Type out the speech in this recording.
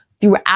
throughout